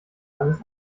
alles